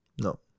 No